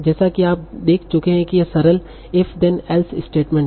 जैसा कि आप देख चुके हैं कि यह सरल if then else स्टेटमेंट है